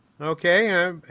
okay